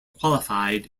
qualified